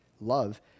love